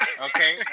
okay